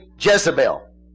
Jezebel